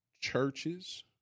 churches